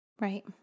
Right